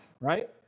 right